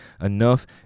enough